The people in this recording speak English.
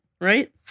right